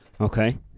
Okay